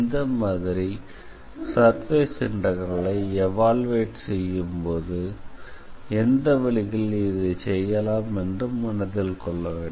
இந்த மாதிரி சர்ஃபேஸ் இன்டெக்ரலை எவாலுயுயேட் செய்யும்போது எந்த வழிகளில் இதைச் செய்யலாம் என்று மனதில் கொள்ள வேண்டும்